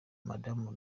madamu